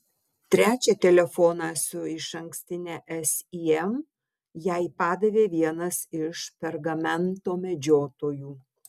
trečią telefoną su išankstine sim jai padavė vienas iš pergamento medžiotojų